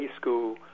school